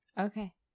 Okay